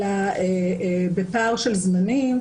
אלא בפער של זמנים,